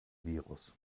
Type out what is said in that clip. virus